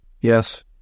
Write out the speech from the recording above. Yes